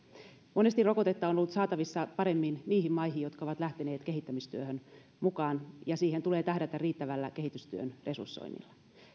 monesti rokotetta on ollut saatavissa paremmin niihin maihin jotka ovat lähteneet kehittämistyöhön mukaan ja siihen tulee tähdätä riittävällä kehitystyön resursoinnilla